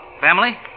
Family